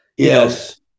Yes